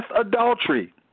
adultery